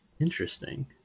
Interesting